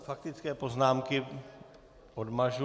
Faktické poznámky odmažu.